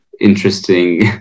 interesting